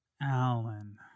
Alan